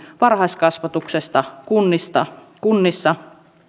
varhaiskasvatuksesta kunnissa